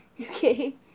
Okay